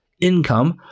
income